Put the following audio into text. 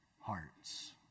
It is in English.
hearts